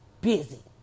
busy